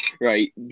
right